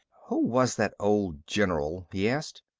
who was that old general, he asked,